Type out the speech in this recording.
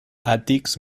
àtics